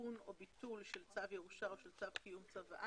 תיקון או ביטול של צו ירושה או של צו קיום צוואה.